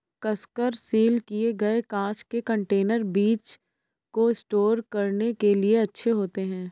कसकर सील किए गए कांच के कंटेनर बीज को स्टोर करने के लिए अच्छे होते हैं